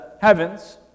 heavens